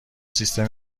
سیستم